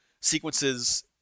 sequences